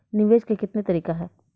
निवेश के कितने तरीका हैं?